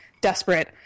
desperate